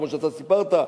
כמו שאתה סיפרת,